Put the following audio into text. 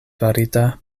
farita